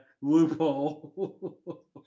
loophole